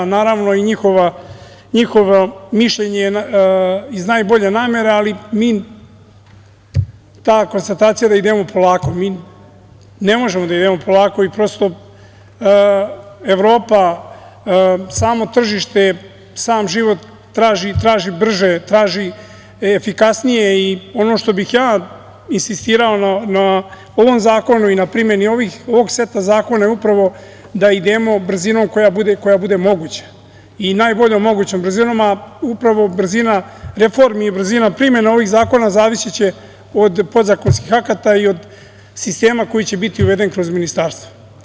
Naravno, njihovo mišljenje je iz najbolje namere, ali ta konstatacija da idemo polako, mi ne možemo da idemo polako i prosto Evropa, samo tržište, sam život traži brže, traži efikasnije i ono na šta bih insistirao na ovom zakonu i na primeni ovog seta zakona je upravo da idemo brzinom koja bude moguća i najboljom mogućom brzinom, a upravo brzina reformi, brzina primene ovih zakona će zavisiti od podzakonskih akata i od sistema koji će biti uveden kroz ministarstvo.